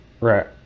Right